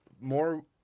More